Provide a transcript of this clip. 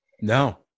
No